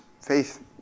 faith